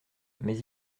mais